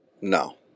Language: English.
no